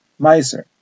meiser